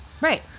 Right